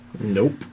Nope